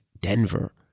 Denver